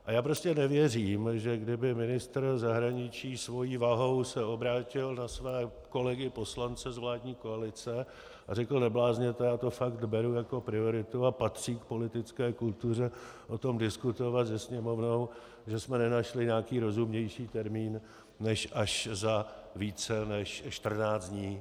A já prostě nevěřím, že kdyby ministr zahraničí svojí vahou se obrátil na své kolegy poslance z vládní koalice a řekl: neblázněte, já to fakt beru jako prioritu a patří k politické kultuře o tom diskutovat se Sněmovnou, že jsme nenašli nějaký rozumnější termín než až za více než 14 dní.